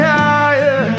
higher